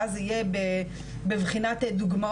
ואז זה יהיה בבחינת דוגמאות,